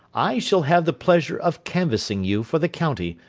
i shall have the pleasure of canvassing you for the county,